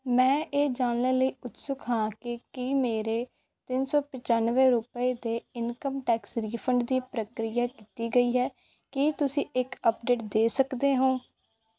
ਮੈਂ ਇਹ ਜਾਣਨ ਲਈ ਉਤਸੁਕ ਹਾਂ ਕਿ ਕੀ ਮੇਰੇ ਤਿੰਨ ਸੌ ਪਚਾਨਵੇਂ ਰੁਪਏ ਦੇ ਇਨਕਮ ਟੈਕਸ ਰਿਫੰਡ ਦੀ ਪ੍ਰਕਿਰਿਆ ਕੀਤੀ ਗਈ ਹੈ ਕੀ ਤੁਸੀਂ ਇੱਕ ਅਪਡੇਟ ਦੇ ਸਕਦੇ ਹੋ